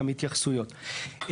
גם התייחסויות.